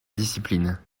discipline